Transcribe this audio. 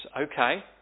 Okay